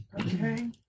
Okay